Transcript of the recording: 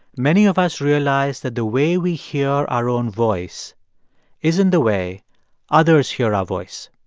many of us realize that the way we hear our own voice isn't the way others hear our voice.